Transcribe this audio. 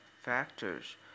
factors